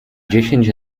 dziesięć